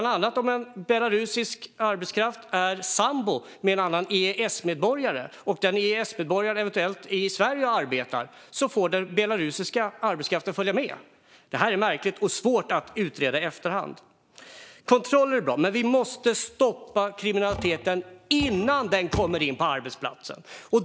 Om till exempel en belarusisk arbetare är sambo med en EES-medborgare och denne EES-medborgare arbetar i Sverige får den belarusiske arbetaren följa med. Det är märkligt, och det är svårt att utreda i efterhand. Kontroller är bra, men vi måste stoppa kriminaliteten innan den kommer in på arbetsplatsen.